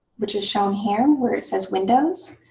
which is shown here where it says windows.